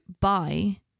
buy